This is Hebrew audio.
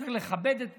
צריך לכבד את כולם,